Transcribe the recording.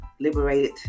liberated